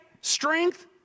strength